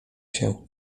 się